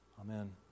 Amen